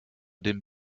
den